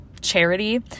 charity